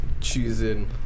choosing